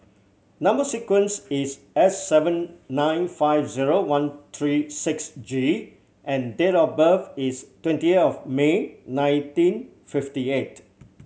number sequence is S seven nine five zero one three six G and date of birth is twenty of May nineteen fifty eight